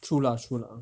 true lah true lah